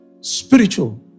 Spiritual